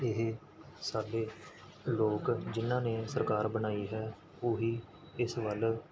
ਇਹ ਸਾਡੇ ਲੋਕ ਜਿਨ੍ਹਾਂ ਨੇ ਸਰਕਾਰ ਬਣਾਈ ਹੈ ਉਹ ਹੀ ਇਸ ਵੱਲ